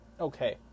okay